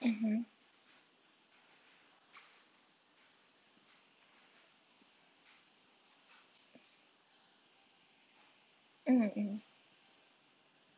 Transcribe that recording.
mmhmm mm mm